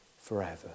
forever